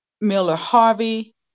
Miller-Harvey